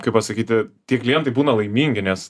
kaip pasakyti tie klientai būna laimingi nes